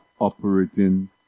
operating